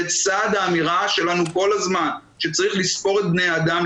בצד האמירה שלנו כל הזמן שצריך לספור את בני האדם,